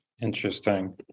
Interesting